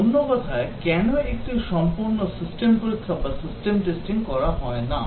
বা অন্য কথায় কেন একটি সম্পূর্ণ সিস্টেম পরীক্ষা করা হয় না